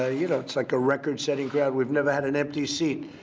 ah you know, it's like a record-setting crowd. we've never had an empty seat.